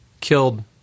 killed